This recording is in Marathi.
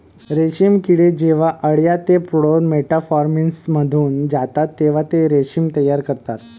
रेशीम किडे जेव्हा अळ्या ते प्रौढ मेटामॉर्फोसिसमधून जातात तेव्हा ते रेशीम तयार करतात